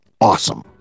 awesome